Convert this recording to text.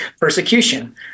persecution